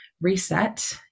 reset